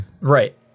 right